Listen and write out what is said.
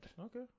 Okay